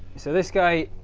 so this guy